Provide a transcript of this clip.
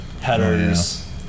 headers